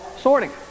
sorting